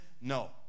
No